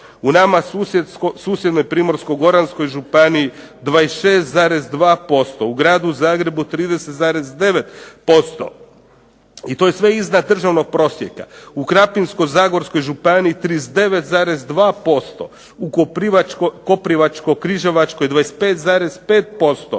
u nama susjednoj Primorsko-goranskoj županiji 26,2%, u Gradu Zagrebu 30,9% i to je sve izvan državnog prosjeka. U Krapinsko-zagorskoj županiji 39,2%, u Koprivničko-križevačkoj 25,5%,